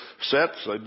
sets